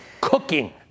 cooking